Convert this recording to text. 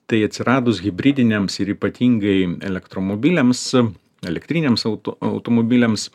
tai atsiradus hibridiniams ir ypatingai elektromobiliams elektriniams auto automobiliams